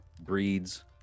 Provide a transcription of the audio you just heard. breeds